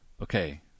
okay